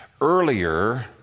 Earlier